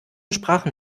sprachen